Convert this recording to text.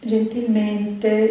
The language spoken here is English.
Gentilmente